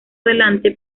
delante